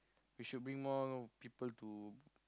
we should bring more people to